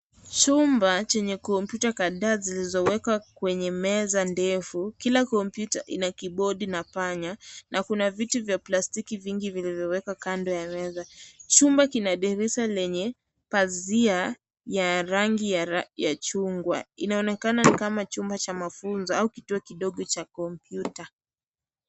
Chumba chenye kompyuta kadhaa zilizowekwa kwenye meza ndefu, kila kompyuta ina kibodi na panya, na kuna viti vya plastiki vingi vilivyowekwa kando ya meza. Chumba kina dirisha lenye pazia la rangi ya chungwa. Inaonekana kama chumba cha mafunzo au kituo cha kompyuta.